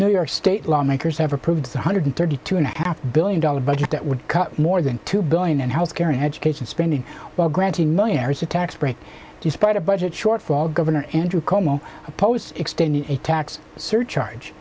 new york state lawmakers have approved one hundred thirty two and a half billion dollar budget that would cut more than two billion and health care and education spending while granting millionaires a tax break despite a budget shortfall governor andrew cuomo opposed to extending a tax surcharge